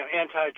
anti